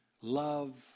love